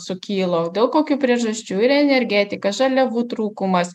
sukilo dėl kokių priežasčių ir energetika žaliavų trūkumas